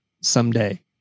someday